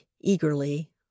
eagerly